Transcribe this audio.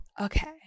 Okay